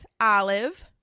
Olive